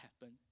happen